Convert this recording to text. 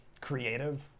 creative